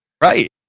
Right